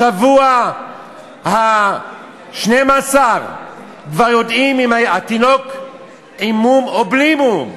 בשבוע ה-12 כבר יודעים האם התינוק עם מום או בלי מום,